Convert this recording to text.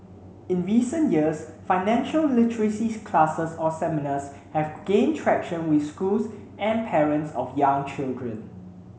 in recent years financial literacy classes or seminars have gained traction with schools and parents of young children